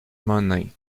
monin